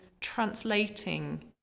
translating